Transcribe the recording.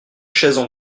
chaises